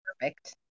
perfect